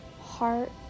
heart